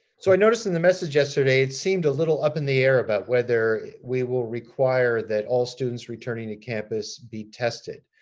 so i noticed in the message yesterday, it seemed a little up in the air about whether we will require that all students returning to campus be tested.